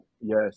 Yes